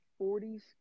40s